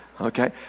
Okay